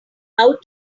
how